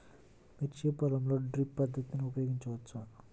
మిర్చి పొలంలో డ్రిప్ పద్ధతిని ఉపయోగించవచ్చా?